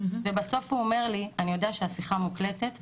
ובסוף הוא אומר לי 'אני יודע שהשיחה מוקלטת,